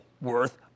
worth